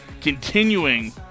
continuing